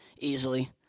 easily